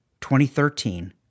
2013